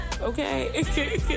okay